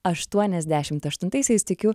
aštuoniasdešimt aštuntaisiais tikiu